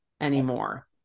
anymore